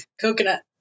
coconut